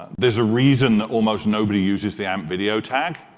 there's a reason that almost nobody uses the amp video tag,